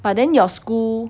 but then your school